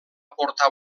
portar